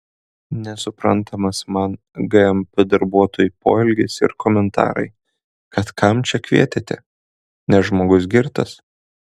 nesuprantamas man gmp darbuotojų poelgis ir komentarai kad kam čia kvietėte nes žmogus girtas